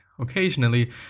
Occasionally